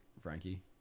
Frankie